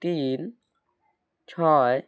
তিন ছয়